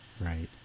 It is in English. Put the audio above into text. Right